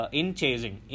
in-chasing